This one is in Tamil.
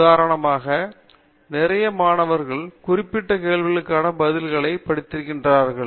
ஒரு உதாரணம் கொடுக்க நிறைய மாணவர்கள் குறிப்பிட்ட கேள்விகளுக்கான பதில்களைப் படித்திருக்கிறார்கள்